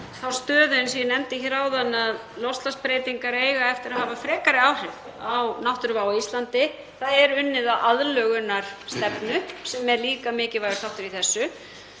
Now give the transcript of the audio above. þá stöðu, eins og ég nefndi hér áðan, að loftslagsbreytingar eiga eftir að hafa frekari áhrif á náttúruvá á Íslandi. Það er unnið að aðlögunarstefnu, sem er líka mikilvægur þáttur í þessu.